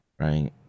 right